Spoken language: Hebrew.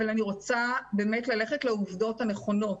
אבל אני רוצה באמת ללכת לעובדות הנכונות.